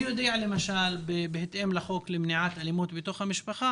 אני יודע למשל שבהתאם לחוק למניעת אלימות בתוך המשפחה